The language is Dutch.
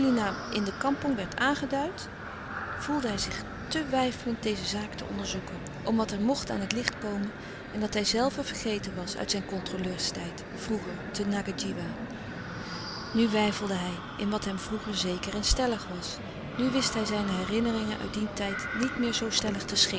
in de kampong werd aangeduid voelde hij zich te weifelend deze zaak te onderzoeken om wat er mocht aan het licht komen en dat hijzelve vergeten was uit zijn controleurstijd vroeger te ngadjiwa nu weifelde hij in wat hem vroeger zeker en stellig was nu wist hij zijne herinneringen uit dien tijd niet meer zoo stellig te